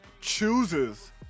chooses